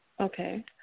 Okay